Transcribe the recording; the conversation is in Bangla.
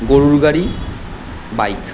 গরুর গাড়ি বাইক